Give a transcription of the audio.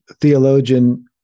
theologian